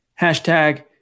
Hashtag